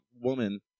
woman